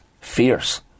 fierce